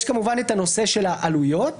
יש כמובן נושא העלויות שמתווספות,